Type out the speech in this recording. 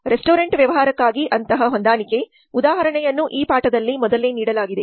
restaurant ವ್ಯವಹಾರಕ್ಕಾಗಿ ಅಂತಹ ಹೊಂದಾಣಿಕೆ ಉದಾಹರಣೆಯನ್ನು ಈ ಪಾಠದಲ್ಲಿ ಮೊದಲೇ ನೀಡಲಾಗಿದೆ